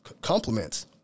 compliments